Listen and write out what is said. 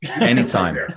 Anytime